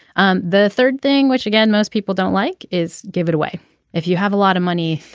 um the third thing which again most people don't like is give it away if you have a lot of money